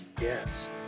Yes